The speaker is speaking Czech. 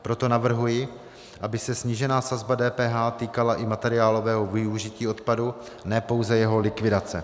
Proto navrhuji, aby se snížená sazba DPH týkala i materiálového využití odpadu, ne pouze jeho likvidace.